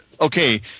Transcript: okay